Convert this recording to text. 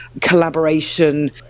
collaboration